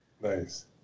nice